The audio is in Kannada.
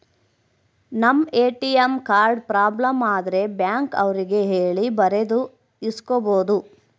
ನಮ್ ಎ.ಟಿ.ಎಂ ಕಾರ್ಡ್ ಪ್ರಾಬ್ಲಮ್ ಆದ್ರೆ ಬ್ಯಾಂಕ್ ಅವ್ರಿಗೆ ಹೇಳಿ ಬೇರೆದು ಇಸ್ಕೊಬೋದು